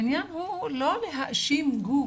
העניין הוא לא להאשים גוף,